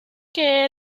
que